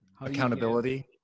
Accountability